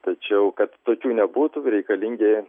tačiau kad tokių nebūtų reikalingi